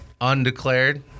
undeclared